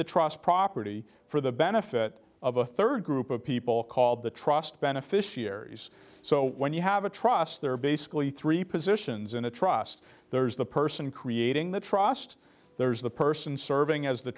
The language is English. the trust property for the benefit of a third group of people called the trust beneficiaries so when you have a trust there are basically three positions in a trust there's the person creating the trust there's the person serving as the